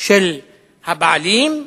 של הבעלים,